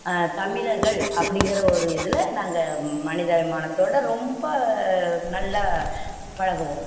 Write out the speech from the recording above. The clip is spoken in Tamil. தமிழர்கள் அப்படிங்கிற ஒரு இதில் நாங்கள் மனிதாபிமானத்தோட ரொம்ப நல்லா பழகுவோம்